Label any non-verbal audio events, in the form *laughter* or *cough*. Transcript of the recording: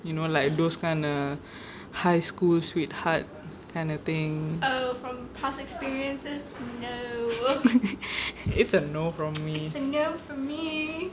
you know like those kind err high school sweetheart kind of thing *laughs* it's a no from me